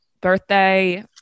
birthday